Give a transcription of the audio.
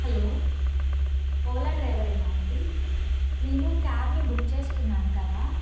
hello Ola డ్రైవరేనా అండి నేను క్యాబ్ని బుక్ చేసుకున్నాను కదా